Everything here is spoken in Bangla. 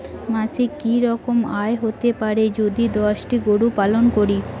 মাসিক কি রকম আয় হতে পারে যদি দশটি গরু পালন করি?